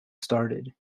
started